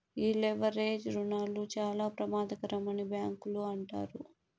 ఈ లెవరేజ్ రుణాలు చాలా ప్రమాదకరమని బ్యాంకులు అంటారు